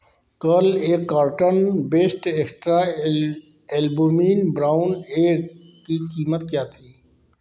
कल एक carton best extra L albumin brown egg की कीमत क्या थी